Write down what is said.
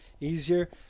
easier